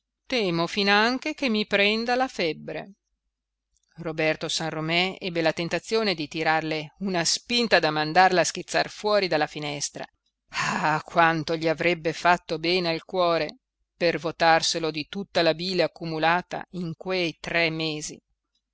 temo finanche che mi prenda la febbre roberto san romé ebbe la tentazione di tirarle una spinta da mandarla a schizzar fuori della finestra ah quanto gli avrebbe fatto bene al cuore per votarselo di tutta la bile accumulata in quei tre mesi